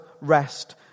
rest